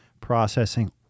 processing